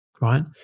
right